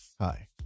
Hi